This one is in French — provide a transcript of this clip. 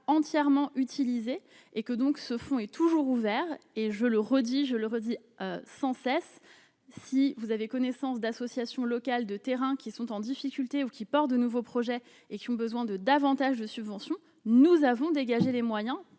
entièrement utilisé et que donc ce fonds est toujours ouvert et je le redis, je le redis, sans cesse, si vous avez connaissance d'associations locales de terrain qui sont en difficulté ou qui, par de nouveaux projets et qui ont besoin de davantage de subventions, nous avons dégagé les moyens